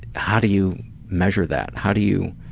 how do you measure that? how do you?